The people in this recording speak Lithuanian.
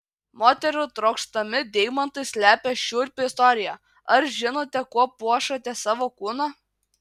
moterų trokštami deimantai slepia šiurpią istoriją ar žinote kuo puošiate savo kūną